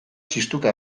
txistuka